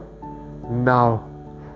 now